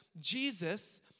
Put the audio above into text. Jesus